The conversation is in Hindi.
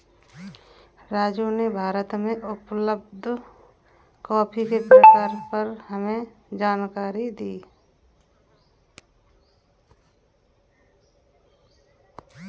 राजू ने भारत में उपलब्ध कॉफी के प्रकारों पर हमें जानकारी दी